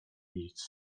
nic